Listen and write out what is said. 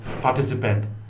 participant